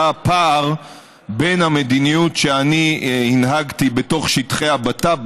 היה פער בין המדיניות שאני הנהגתי בתוך שטחי הבט"פ,